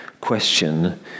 question